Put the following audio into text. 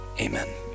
Amen